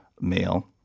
male